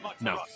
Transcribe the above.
No